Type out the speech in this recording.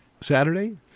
Saturday